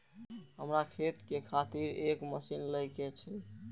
हमरा खेती के खातिर एक मशीन ले के छे?